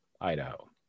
Idaho